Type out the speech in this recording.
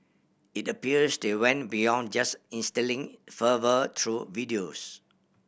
it appears they went beyond just instilling fervour through videos